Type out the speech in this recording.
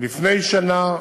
לפני שנה,